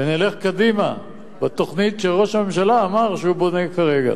ונלך קדימה בתוכנית שראש הממשלה אמר שהוא בונה כרגע.